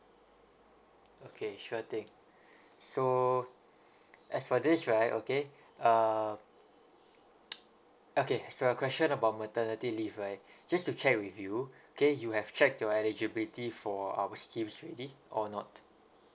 okay sure thing so as for this right okay err okay so your question about maternity leave right just to check with you okay you have checked your eligibility for our schemes already or not